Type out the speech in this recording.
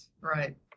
right